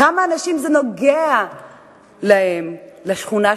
כמה אנשים זה נוגע להם, לשכונה שלהם,